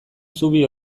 zubi